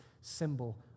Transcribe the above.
symbol